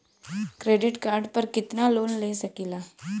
Credit card पर कितनालोन ले सकीला?